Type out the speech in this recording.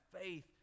faith